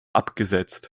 abgesetzt